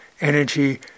energy